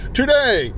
today